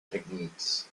techniques